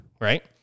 right